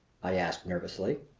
i asked nervously.